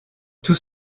tout